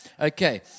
okay